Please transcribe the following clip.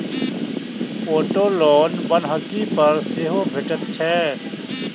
auto loan बन्हकी पर सेहो भेटैत छै